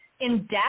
in-depth